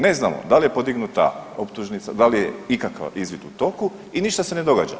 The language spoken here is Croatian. Ne znamo da li je podignuta optužnica, da li je ikakav izvid u toku i ništa se ne događa.